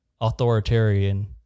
authoritarian